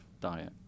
diet